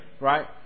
right